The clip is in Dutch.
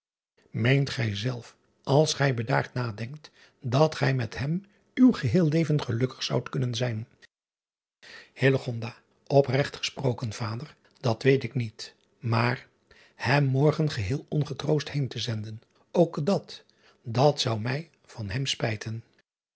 eent gij zelf als gij bedaard nadenkt dat gii met hem uw geheel leven gelukkig zoudt kunnen zijn pregt gesproken vader dat week ik niet maar hem morgen geheel ongetroost heen te zenden ook dat dat zou mij van hem spijten